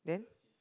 then